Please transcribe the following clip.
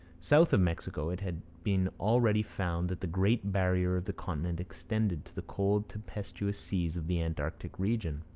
south of mexico it had been already found that the great barrier of the continent extended to the cold tempestuous seas of the antarctic region.